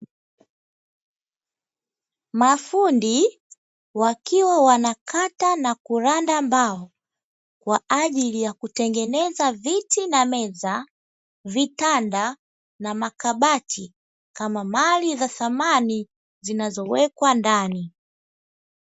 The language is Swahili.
Mafundi wakiwa wanakata na kuranda mbao, kwa ajili ya kutengeneza viti na meza, vitanda na makabati kama mali za thamani zinazowekwa ndani.